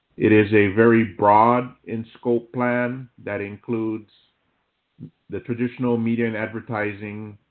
it is a very broad in-scope plan that includes the traditional media and advertising,